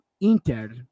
Inter